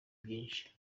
byinshi